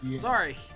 Sorry